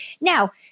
Now